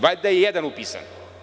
Valjda je jedan upisan.